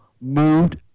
moved